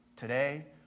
Today